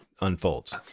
unfolds